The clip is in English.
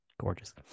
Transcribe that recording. gorgeous